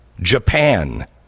japan